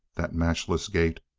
that matchless gait.